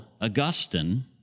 Augustine